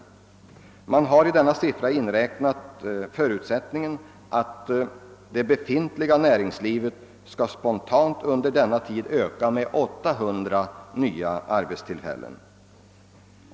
Vid framräkningen av denna siffra har man förutsatt att det befintliga näringslivet under denna tid spontant skall utökas med 800 nya arbetstillfällen.